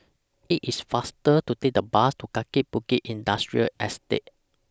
IT IS faster to Take The Bus to Kaki Bukit Industrial Estate